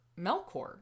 Melkor